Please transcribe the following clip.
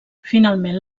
finalment